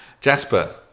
Jasper